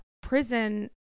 prison